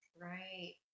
Right